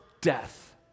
death